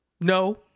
No